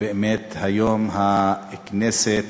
ובאמת היום הכנסת